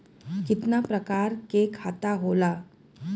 कितना प्रकार के खाता होला?